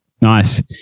Nice